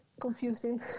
confusing